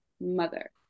mother